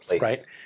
right